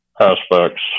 aspects